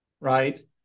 right